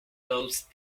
those